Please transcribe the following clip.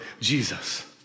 Jesus